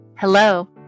Hello